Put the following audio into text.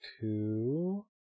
two